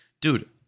dude